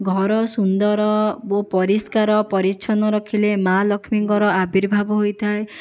ଘର ସୁନ୍ଦର ଓ ପରିଷ୍କାର ପରିଚ୍ଛନ ରଖିଲେ ମା ଲକ୍ଷ୍ମୀଙ୍କର ଆବିର୍ଭାବ ହୋଇଥାଏ